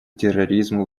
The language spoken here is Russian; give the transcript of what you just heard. терроризму